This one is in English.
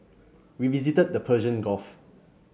we visited the Persian Gulf